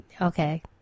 Okay